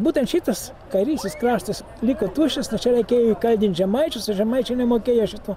būtent šitas kairysis kraštas liko tuščias tai čia reikėjo įkeldint žemaičiuos o žemaičiai nemokėjo šito